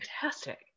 fantastic